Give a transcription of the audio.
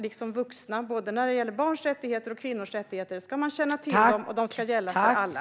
Man ska känna till både barns och kvinnors rättigheter, och de ska gälla för alla.